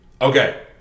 Okay